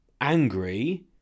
angry